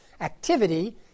activity